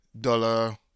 dollar